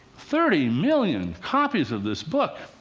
thirty million copies of this book.